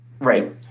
Right